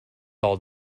all